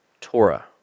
Torah